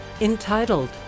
entitled